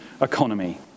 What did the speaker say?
economy